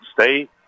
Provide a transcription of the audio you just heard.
stay